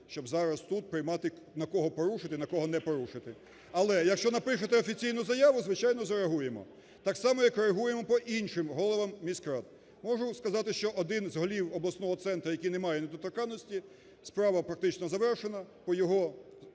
щоб зараз тут приймати, на кого порушити, на кого не порушити. (Оплески) Але якщо напишете офіційну заяву, звичайно, зреагуємо. Так само, як реагуємо по іншим головам міськрад. Можу сказати, що один з голів з обласного центру, який не має недоторканності, справа, практично, завершена